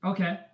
Okay